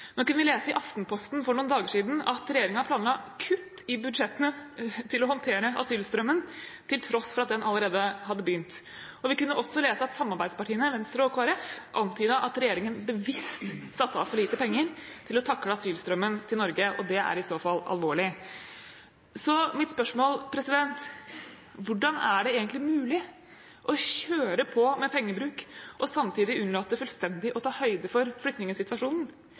kunne lese i Aftenposten for noen dager siden at regjeringen planla kutt i budsjettet til å håndtere asylstrømmen til tross for at den allerede hadde begynt. Vi kunne også lese at samarbeidspartiene, Venstre og Kristelig Folkeparti, antydet at regjeringen bevisst satte av for lite penger til å takle asylstrømmen til Norge, og det er i så fall alvorlig. Så er mitt spørsmål: Hvordan er det egentlig mulig å kjøre på med pengebruk og samtidig unnlate fullstendig å ta høyde for flyktningsituasjonen?